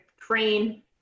train